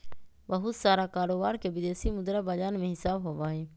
बहुत सारा कारोबार के विदेशी मुद्रा बाजार में हिसाब होबा हई